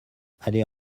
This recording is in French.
aller